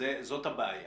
זאת הבעיה.